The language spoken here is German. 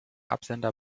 absender